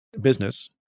business